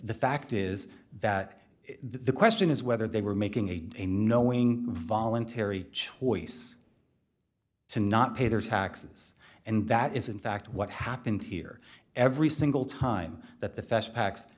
the fact is that the question is whether they were making a knowing voluntary choice to not pay their taxes and that is in fact what happened here every single time that the feste pac